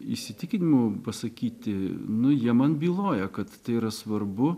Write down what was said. įsitikinimu pasakyti nu jie man byloja kad tai yra svarbu